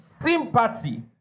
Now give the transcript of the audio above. Sympathy